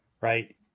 right